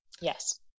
yes